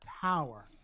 power